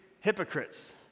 hypocrites